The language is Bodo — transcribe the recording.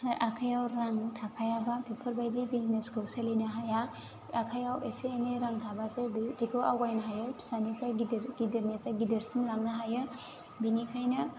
हो आखायाव रां थाखायाबा बिफोरबादि बिजिनेसखौ सोलिनो हाया आखायाव एसे एनै रां थाबासो बिदिखौ आवगायनो हायो फिसानिफ्राय गिदिर गिदिरनिफ्राय गिदिरसिन लांनो हायो बिनिखायनो